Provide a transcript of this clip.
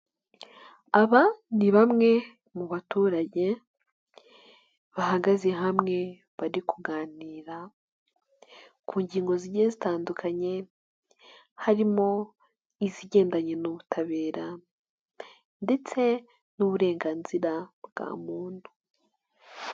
Aba ni bamwe mu baturage bahagaze hamwe bari kuganira, ku ngingo zigiye zitandukanye harimo n' izigendanye n'ubutabera, ndetse n'uburenganzira bwa muntu.